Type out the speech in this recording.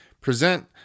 present